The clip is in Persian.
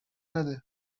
نده